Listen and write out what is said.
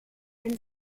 and